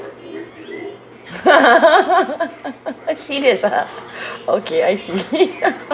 serious ah okay I see